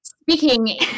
speaking